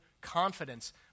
confidence